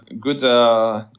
good